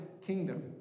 kingdom